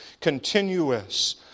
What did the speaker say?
continuous